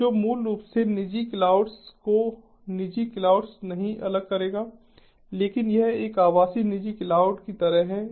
तो जो मूल रूप से निजी क्लाउड्स को निजी क्लाउड नहीं अलग करेगा लेकिन यह एक आभासी निजी क्लाउड की तरह है